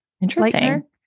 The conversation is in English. Interesting